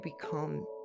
become